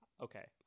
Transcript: Okay